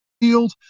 field